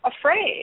afraid